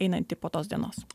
einanti po tos dienos